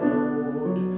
Lord